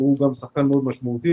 שהוא שחקן מאוד משמעותי.